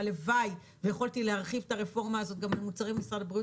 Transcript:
והלוואי שיכולתי להרחיב את הרפורמה הזאת גם למוצרי משרד הבריאות,